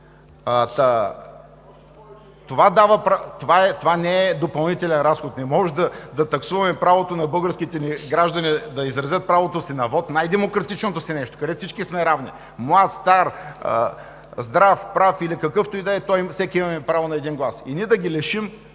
Това не е допълнителен разход. Не можем да таксуваме правото на българските граждани да изразят правото си на вот, най демократичното нещо, където всички сме равни. Млад, стар, здрав, прав или какъвто и да е той, всеки има право на един глас. И ние да лишим